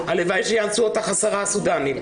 "הלוואי שיאנסו אותך עשרה סודנים.